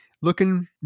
looking